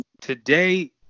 today